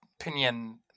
opinion